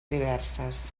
diverses